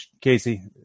Casey